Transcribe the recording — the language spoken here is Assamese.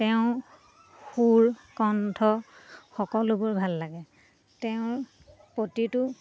তেওঁ সুৰ কণ্ঠ সকলোবোৰ ভাল লাগে তেওঁৰ প্ৰতিটো